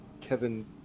Kevin